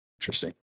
Interesting